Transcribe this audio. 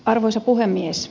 arvoisa puhemies